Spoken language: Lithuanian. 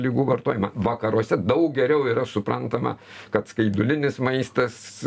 ligų vartojimą vakaruose daug geriau yra suprantama kad skaidulinis maistas